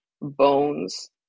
bones